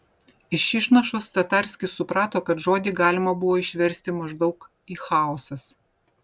iš išnašos tatarskis suprato kad žodį galima buvo išversti maždaug į chaosas